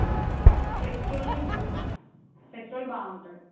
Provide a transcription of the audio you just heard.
petrol is good petrol బాగుంటుంది